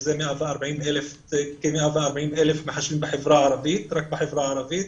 שהיא כ-140,000 מחשבים רק בחברה הערבית.